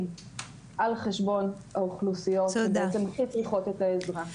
על חשבון האוכלוסיות שצריכות את העזרה.